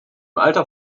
alter